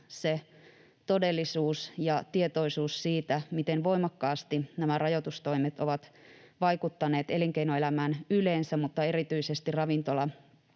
todellisuus ja tietoisuus siitä, miten voimakkaasti nämä rajoitustoimet ovat vaikuttaneet elinkeinoelämään yleensä mutta erityisesti ravintola-,